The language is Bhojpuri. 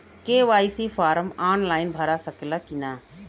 के.वाइ.सी फार्म आन लाइन भरा सकला की ना?